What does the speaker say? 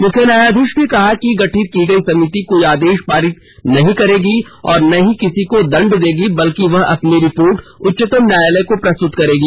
मुख्य न्यायाधीश ने कहा कि गठित की गई समिति कोई आदेश पारित नहीं करेगी और न ही किसी को देंड देगी बल्कि वह अपनी रिपोर्ट उच्चतम न्यायालय को प्रस्तुत करेगी